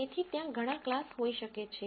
તેથી ત્યાં ઘણા ક્લાસ હોઈ શકે છે